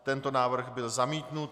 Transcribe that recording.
Tento návrh byl zamítnut.